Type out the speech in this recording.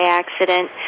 accident